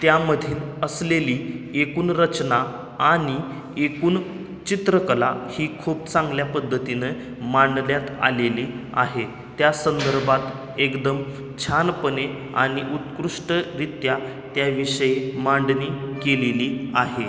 त्यामधील असलेली एकूण रचना आणि एकूण चित्रकला ही खूप चांगल्या पद्धतीने मांडण्यात आलेली आहे त्या संदर्भात एकदम छानपणे आणि उत्कृष्टरीत्या त्याविषयी मांडणी केलेली आहे